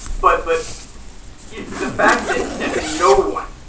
but but yeah the fact that that no one